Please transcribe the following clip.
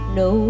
no